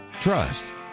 trust